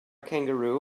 kangaroo